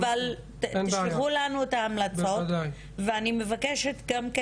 אבל תשלחו לנו את ההמלצות ואני מבקשת גם,